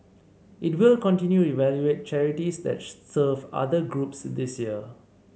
it will continue evaluate charities that serve other groups this year